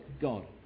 God